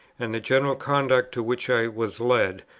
and the general conduct, to which i was led,